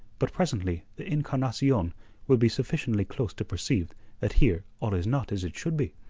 but presently the encarnacion will be sufficiently close to perceive that here all is not as it should be.